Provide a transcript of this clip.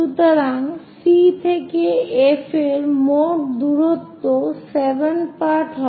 সুতরাং C থেকে F এর মোট দূরত্ব 7 পার্ট হবে